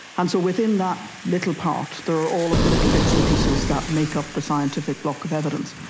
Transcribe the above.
and so within that little part there all of the little bits and pieces that make up the scientific block of evidence.